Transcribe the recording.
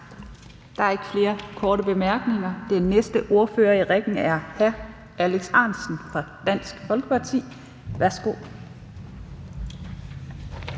Der er ikke flere korte bemærkninger. Den næste ordfører i rækken er hr. Alex Ahrendtsen fra Dansk Folkeparti. Værsgo.